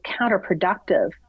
counterproductive